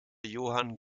johann